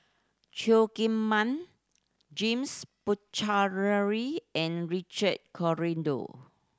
Cheo Kim Ban James Puthucheary and Richard Corridon